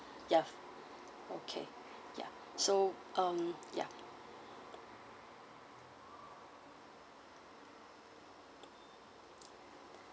yeah okay ya so um yeah